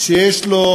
שיש לו